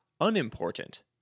unimportant